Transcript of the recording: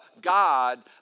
God